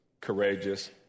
courageous